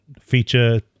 feature